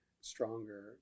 stronger